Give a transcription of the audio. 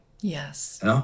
Yes